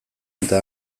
eta